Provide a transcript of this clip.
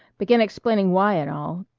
began explaining why and all.